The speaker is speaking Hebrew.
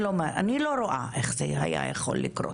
אני לא רואה איך זה היה יכול לקרות.